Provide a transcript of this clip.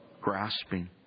grasping